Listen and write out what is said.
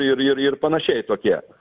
ir ir ir panašiai tokie